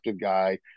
guy